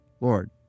Lord